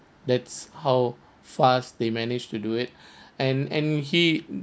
that's how fast they managed to do it and and he